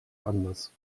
anders